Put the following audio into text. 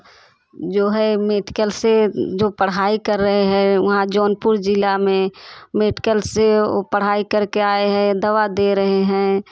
जो है मेडिकल से जो पढ़ाई कर रहे हैं वहाँ जौनपुर जिला में मेडिकल से वह पढ़ाई करके आए हैं दवा दे रहे हैं